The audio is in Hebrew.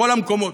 בכל המקומות.